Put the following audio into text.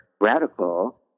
radical